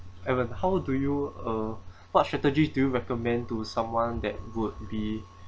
evan how do you uh what strategies do you recommend to someone that would be